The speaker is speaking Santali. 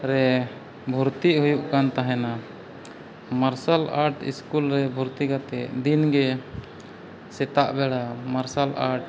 ᱨᱮ ᱵᱷᱚᱨᱛᱤᱜ ᱦᱩᱭᱩᱜ ᱠᱟᱱ ᱛᱟᱦᱮᱱᱟ ᱢᱟᱨᱥᱟᱞ ᱟᱴ ᱥᱠᱩᱞ ᱨᱮ ᱵᱷᱚᱨᱛᱤ ᱠᱟᱛᱮ ᱫᱤᱱᱜᱮ ᱥᱮᱛᱟᱜ ᱵᱮᱲᱟ ᱢᱟᱨᱥᱟᱞ ᱟᱴ